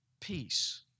peace